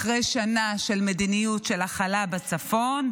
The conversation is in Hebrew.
אחרי שנה של מדיניות של הכלה בצפון,